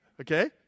Okay